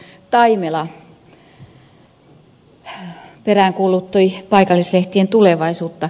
taimela peräänkuulutti paikallislehtien tulevaisuutta